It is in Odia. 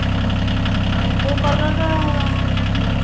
ହଁ ଆଉ କେଉଁ କଲରର କପଡ଼ା ଆଣିବି